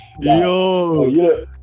yo